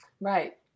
Right